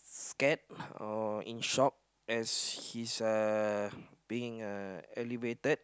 scared or in shock as he's uh being uh elevated